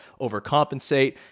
overcompensate